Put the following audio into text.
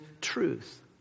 truth